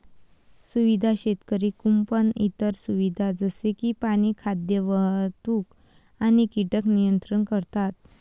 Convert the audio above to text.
सुविधा शेतकरी कुंपण इतर सुविधा जसे की पाणी, खाद्य, वाहतूक आणि कीटक नियंत्रण करतात